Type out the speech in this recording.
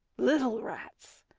little rats,